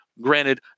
Granted